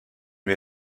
wir